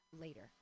later